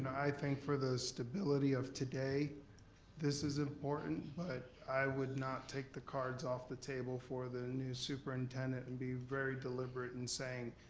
i think for the stability of today this is important, but i would not take the cards off the table for the new superintendent and being very deliberate in saying,